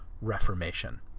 reformation